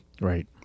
Right